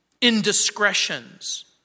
indiscretions